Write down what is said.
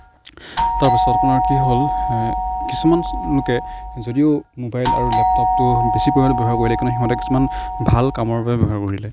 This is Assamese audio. তাৰ পাছত আপোনাৰ কি হ'ল কিছুমান লোকে যদিও মোবাইল আৰু লেপটপটো বেছি পৰিমাণে ব্যৱহাৰ কৰিলে কিয়নো সিঁহতে কিছুমান ভাল কামৰ কাৰণে ব্যৱহাৰ কৰিলে